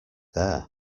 there